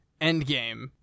endgame